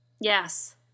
yes